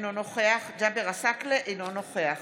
אינו נוכח ג'אבר עסאקלה, אינו נוכח